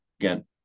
Again